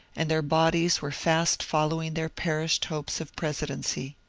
and their bodies were fast following their perished hopes of presidency.